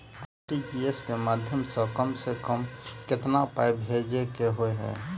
RTGS केँ माध्यम सँ कम सऽ कम केतना पाय भेजे केँ होइ हय?